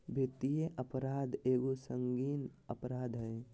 वित्तीय अपराध एगो संगीन अपराध हइ